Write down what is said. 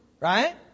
Right